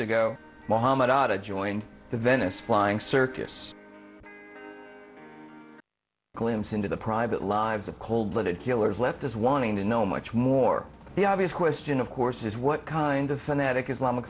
ago mohamed atta joined the venice flying circus glimpse into the private lives of cold blooded killers left us wanting to know much more the obvious question of course is what kind of fanatic islamic